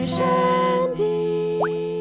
Shandy